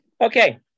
okay